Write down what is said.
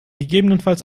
gegebenenfalls